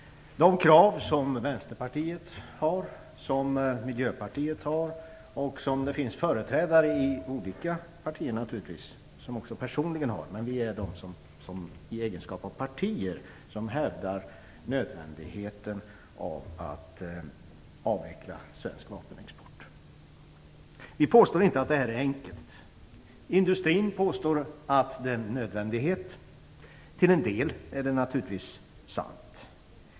Vi i Vänsterpartiet och i Miljöpartiet kräver en avveckling av svensk vapenexport. Det finns naturligtvis företrädare i olika partier som personligen ställer samma krav, men Vänsterpartiet och Miljöpartiet är de som i egenskap av partier hävdar nödvändigheten av att avveckla svensk vapenexport. Vi påstår inte att det är enkelt. Industrin påstår att det är nödvändigt med vapenexport. Till en del är detta naturligtvis sant.